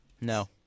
No